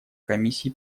комиссии